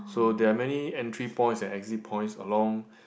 so there are many entry points and exit points along